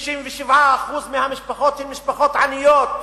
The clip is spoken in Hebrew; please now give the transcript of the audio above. ו-67% מהמשפחות הן משפחות עניות,